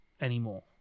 anymore